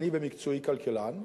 אני במקצועי כלכלן,